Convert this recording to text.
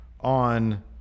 on